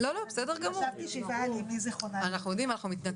ישבתי שבעה על אמי זיכרונה לברכה.